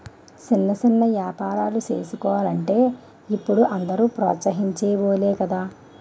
సిన్న సిన్న ఏపారాలు సేసుకోలంటే ఇప్పుడు అందరూ ప్రోత్సహించె వోలే గదా